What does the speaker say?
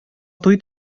туй